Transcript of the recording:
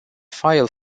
file